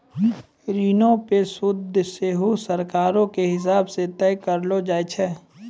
ऋणो पे सूद सेहो सरकारो के हिसाब से तय करलो जाय छै